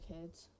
kids